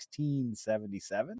1677